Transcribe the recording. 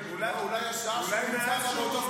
אולי מאז שהוא מונה.